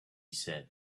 said